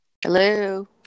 Hello